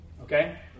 Okay